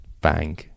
Bang